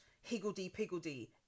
higgledy-piggledy